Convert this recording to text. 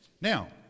Now